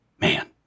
Man